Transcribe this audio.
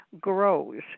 grows